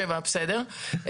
בסדר.